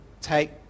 take